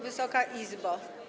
Wysoka Izbo!